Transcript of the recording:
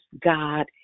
God